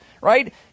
right